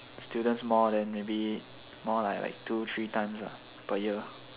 students more then maybe more like two three times per year